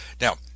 now